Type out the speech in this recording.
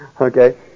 okay